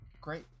Great